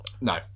No